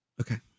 okay